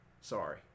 Sorry